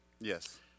Yes